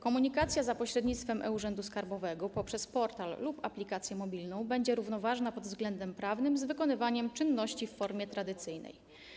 Komunikacja za pośrednictwem e-Urzędu Skarbowego poprzez portal lub aplikację mobilną będzie równoważna pod względem prawnym z wykonywaniem czynności w formie tradycyjnej.